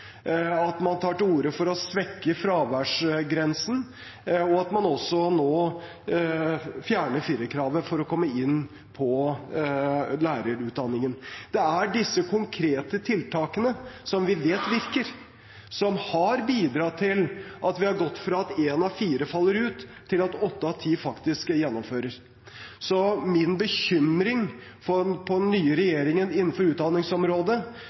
at man tar til orde for å svekke fraværsgrensen, og at man også nå fjerner firerkravet for å komme inn på lærerutdanningen. Det er disse konkrete tiltakene som vi vet virker, som har bidratt til at vi har gått fra at en av fire faller ut, til at åtte av ti faktisk gjennomfører. Så min bekymring med den nye regjeringen innenfor utdanningsområdet